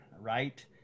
right